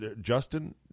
Justin